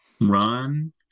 run